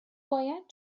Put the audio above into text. باید